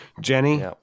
Jenny